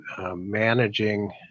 managing